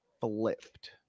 flipped